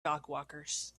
dogwalkers